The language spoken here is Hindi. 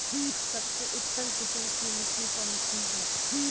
सबसे उत्तम किस्म की मिट्टी कौन सी है?